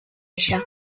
ella